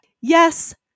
yes